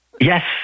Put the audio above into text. Yes